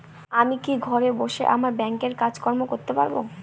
আমি কি ঘরে বসে আমার ব্যাংকের কাজকর্ম করতে পারব?